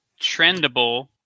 trendable